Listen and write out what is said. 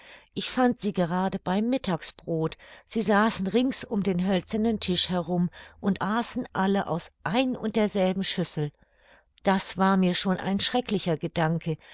ich fand sie gerade beim mittagsbrod sie saßen rings um den hölzernen tisch herum und aßen alle aus ein und derselben schüssel das war mir schon ein schrecklicher gedanke